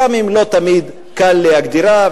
גם אם לא תמיד קל להגדירה,